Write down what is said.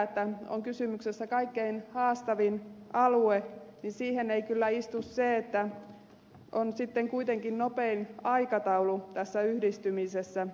kun on kysymyksessä kaikkein haastavin alue niin siihen ei kyllä istu se että on sitten kuitenkin nopein aikataulu tässä yhdistymisessä